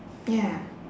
ya